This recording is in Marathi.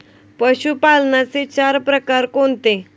पशुपालनाचे चार प्रकार कोणते?